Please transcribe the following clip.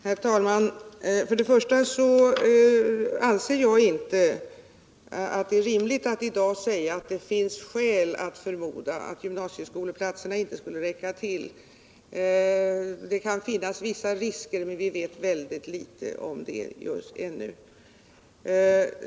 Herr talman! Jag anser det inte vara rimligt att i dag säga att det finns skäl att förmoda att gymnasieskoleplatserna inte skulle räcka till. Det kan finnas vissa risker, men vi känner ännu till bara litet därom.